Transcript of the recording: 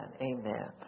amen